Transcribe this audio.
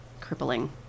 crippling